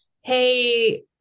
hey